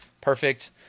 perfect